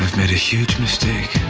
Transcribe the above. made a huge mistake.